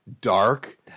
dark